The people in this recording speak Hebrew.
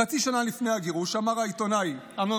חצי שנה לפני הגירוש אמר העיתונאי אמנון